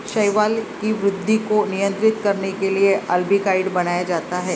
शैवाल की वृद्धि को नियंत्रित करने के लिए अल्बिकाइड बनाया जाता है